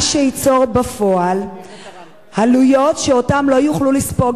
מה שייצור בפועל עלויות שהמעונות לא יוכלו לספוג,